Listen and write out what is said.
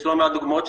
יש לא מעט דוגמאות,